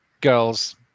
girls